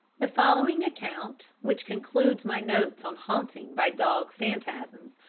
the following account, which concludes my notes on hauntings by dog phantasms,